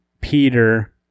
Peter